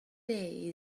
day